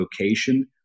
location